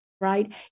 right